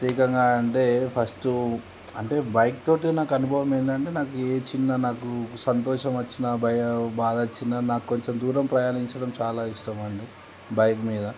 ప్రత్యేకంగా అంటే ఫస్ట్ అంటే బైక్తో నాకు అనుభవం ఏంటంటే నాకు ఏ చిన్న నాకు సంతోషం వచ్చిన బయ బాధ వచ్చిన నాకు కొంచెం దూరం ప్రయాణించడం చాలా ఇష్టం అండి బైక్ మీద